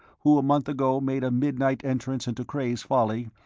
who a month ago made a midnight entrance into cray's folly,